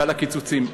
ועל הקיצוצים.